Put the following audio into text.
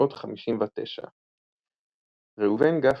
1959 ראובן גפני,